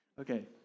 okay